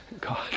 God